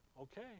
Okay